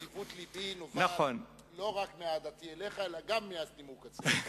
האמן לי שנדיבות לבי נובעת לא רק מאהדתי אליך אלא גם מהנימוק הזה.